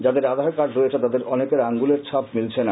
যাদের আধার কার্ড রয়েছে তাদের অনেকের আঙ্গুলের ছাপ মিলছে না